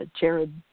Jared